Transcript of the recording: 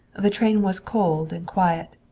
the train was cold and quiet.